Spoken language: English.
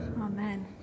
Amen